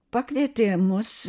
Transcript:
pakvietė mus